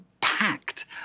packed